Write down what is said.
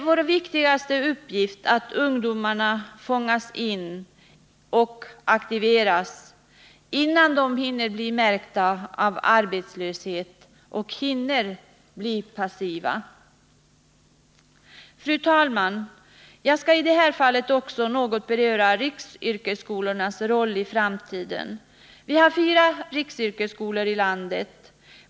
Vår viktigaste uppgift är att fånga in och aktivera ungdomarna, innan de hinner bli passiva och märkta av arbetslösheten. Fru talman! Jag skall i detta fall också något beröra riksyrkesskolornas roll i framtiden. Det finns fyra riksyrkesskolor i vårt land.